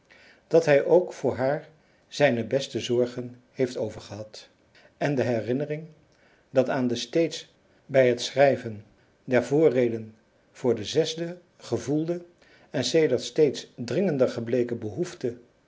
dat hij ook voor haar zijne beste zorgen heeft overgehad en de herinnering dat aan de reeds bij het schrijven der voorrede voor de de gevoelde en sedert steeds dringender gebleken behoefte